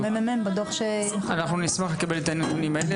בדיוק, אנחנו נשמח לקבל את הנתונים האלה.